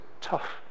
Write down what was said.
tough